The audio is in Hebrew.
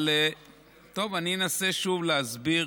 אבל טוב, אני אנסה שוב להסביר